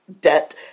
debt